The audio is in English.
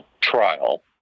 trial